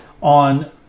on